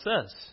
says